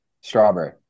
Strawberry